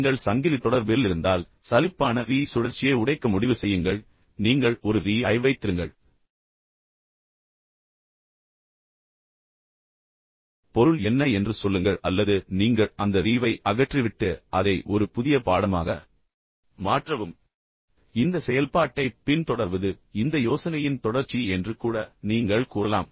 நீங்கள் சங்கிலி தொடர்பில் இருந்தால் சலிப்பான ரீ சுழற்சியை உடைக்க முடிவு செய்யுங்கள் பின்னர் நீங்கள் ஒரு ரீ ஐ வைத்திருங்கள் பின்னர் பொருள் என்ன என்று சொல்லுங்கள் அல்லது நீங்கள் அந்த ரீவை அகற்றிவிட்டு அதை ஒரு புதிய பாடமாக மாற்றவும் இந்த செயல்பாட்டைப் பின்தொடர்வது இந்த யோசனையின் தொடர்ச்சி என்று கூட நீங்கள் கூறலாம்